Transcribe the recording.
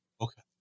Okay